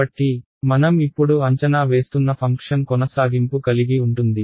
కాబట్టి మనం ఇప్పుడు అంచనా వేస్తున్న ఫంక్షన్ కొనసాగింపు కలిగి ఉంటుంది